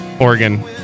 Oregon